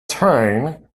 train